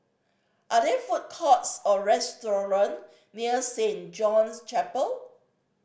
are there food courts or restaurant near Saint John's Chapel